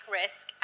risk